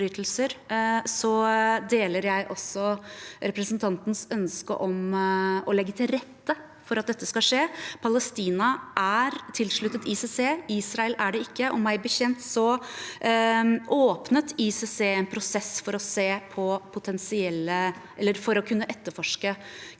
deler jeg representantens ønske om å legge til rette for at det skal skje. Palestina er tilsluttet ICC. Israel er det ikke. Meg bekjent åpnet ICC en prosess for å kunne etterforske krigsforbrytelser